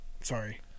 sorry